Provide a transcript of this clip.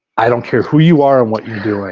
i don't care who you are and what you're doing,